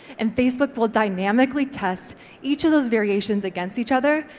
and facebook will dynamically test each of those variations against each other,